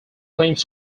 claims